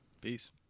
Peace